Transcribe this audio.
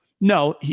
No